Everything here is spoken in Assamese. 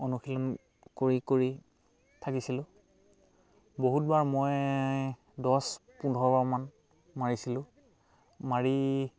অনুশীলন কৰি কৰি থাকিছিলোঁ বহুত বাৰ মই দহ পোন্ধৰ বাৰ মান মাৰিছিলোঁ মাৰি